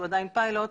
עדיין פיילוט,